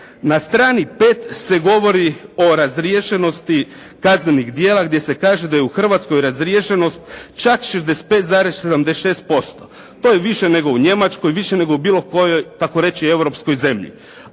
Na strani 5. se govori o razriješenosti kaznenih djela gdje se kaže da je u Hrvatskoj razriješenost čak 65,76%. To je više nego u Njemačkoj, više nego u bilo kojoj takoreći europskoj zemlji.